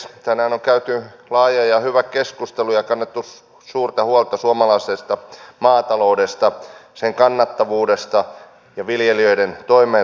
tänään on käyty laaja ja hyvä keskustelu ja kannettu suurta huolta suomalaisesta maataloudesta sen kannattavuudesta ja viljelijöiden toimeentulosta